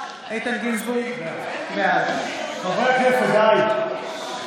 איתן גינזבורג, בעד חברי הכנסת, די.